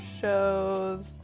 shows